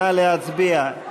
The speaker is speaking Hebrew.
נא להצביע.